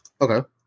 Okay